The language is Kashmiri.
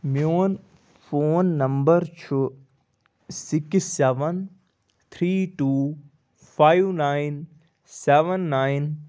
میٛون فون نمبر چھُ six seven three two five nine seven nine